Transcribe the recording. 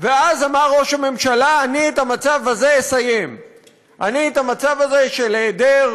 ואז אמר ראש הממשלה: אני, את המצב הזה אסיים,